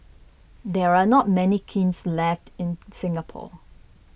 there are not many kilns left in Singapore